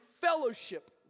fellowship